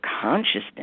consciousness